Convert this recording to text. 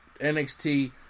NXT